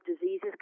diseases